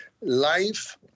life